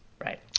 right